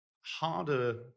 harder